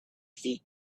feet